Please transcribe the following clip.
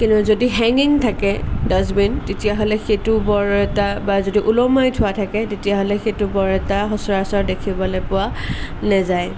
কিন্তু যদি হেংগিং থাকে ডাষ্টবিন তেতিয়াহ'লে সেইটো বৰ এটা বা যদি ওলোমাই থোৱা থাকে তেতিয়াহ'লে সেইটো বৰ এটা সচৰাচৰ দেখিবলৈ পোৱা নাযায়